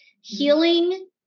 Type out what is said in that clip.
healing